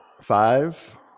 Five